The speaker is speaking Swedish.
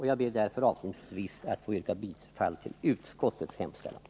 Jag ber därför avslutningsvis att få yrka bifall till utskottets hemställan.